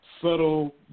subtle